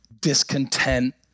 discontent